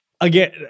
again